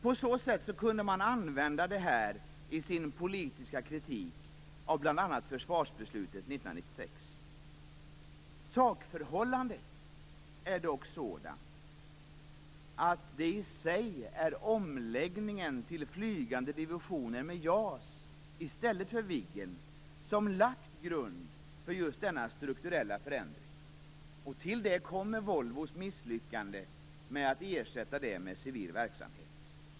På så sätt kunde man använda detta i sin politiska kritik av bl.a. försvarsbeslutet 1996. Sakförhållandet är dock sådant att det i sig är omläggningen till flygande divisioner med JAS i stället för Viggen som har lagt grund för denna strukturella förändring. Till det kommer Volvos misslyckande med att ersätta detta med civil verksamhet.